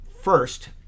first